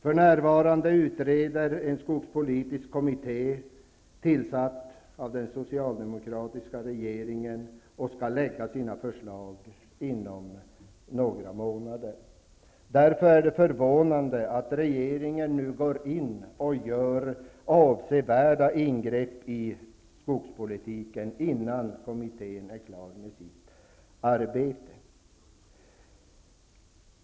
För närvarande utreds detta av en skogspolitisk kommitté, tillsatt av den socialdemokratiska regeringen, som skall lägga fram sina förslag inom några månader. Därför är det förvånande att regeringen nu går in och gör avsevärda ingrepp i skogspolitiken innan kommittén är klar med sitt arbete.